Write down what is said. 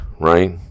right